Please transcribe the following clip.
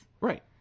Right